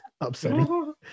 upsetting